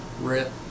RIP